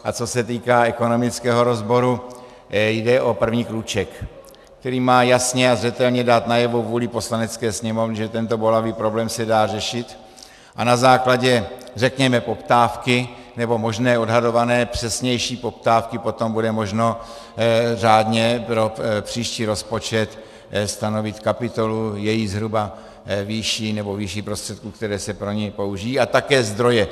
A co se týká ekonomického rozboru, jde o první krůček, který má jasně a zřetelně dát najevo vůli Poslanecké sněmovny, že tento bolavý problém se dá řešit, a na základě řekněme poptávky nebo možné odhadované přesnější poptávky potom bude možno řádně pro příští rozpočet stanovit kapitolu, zhruba její výši nebo výši prostředků, které se pro ni použijí, a také zdroje.